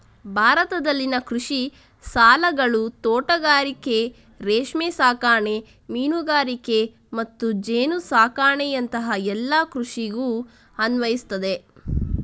ಭಾರತದಲ್ಲಿನ ಕೃಷಿ ಸಾಲಗಳು ತೋಟಗಾರಿಕೆ, ರೇಷ್ಮೆ ಸಾಕಣೆ, ಮೀನುಗಾರಿಕೆ ಮತ್ತು ಜೇನು ಸಾಕಣೆಯಂತಹ ಎಲ್ಲ ಕೃಷಿಗೂ ಅನ್ವಯಿಸ್ತದೆ